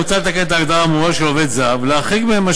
מוצע לתקן את ההגדרה האמורה של "עובד זר" ולהחריג ממנה